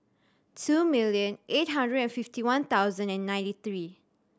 two million eight hundred and fifty one thousand and ninety three